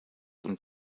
und